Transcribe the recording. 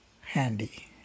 handy